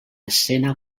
escena